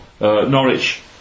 Norwich